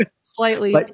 slightly